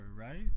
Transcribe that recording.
right